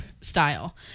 style